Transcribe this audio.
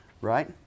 Right